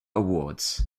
awards